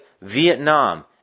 Vietnam